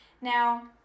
Now